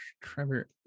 Trevor